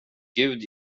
gud